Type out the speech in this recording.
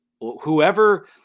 Whoever